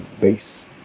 base